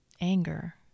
anger